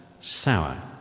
sour